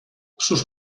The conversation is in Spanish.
sus